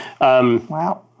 Wow